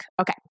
Okay